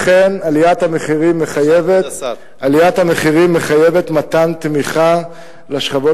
אכן עליית המחירים מחייבת מתן תמיכה לשכבות